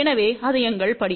எனவே அது எங்கள் படி